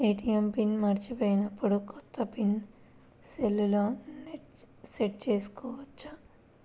ATM PIN మరచిపోయినప్పుడు, కొత్త PIN సెల్లో సెట్ చేసుకోవచ్చా?